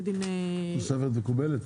התוספת מקובלת?